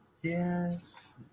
Yes